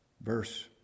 Verse